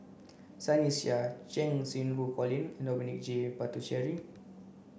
Sunny Sia Cheng Xinru Colin and Dominic J Puthucheary